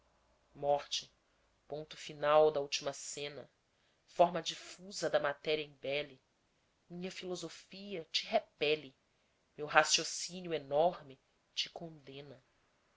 morte ponto final da última cena forma difusa da matéria embele minha filosofia te repele meu raciocínio enorme te condena